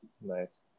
Nice